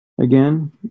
again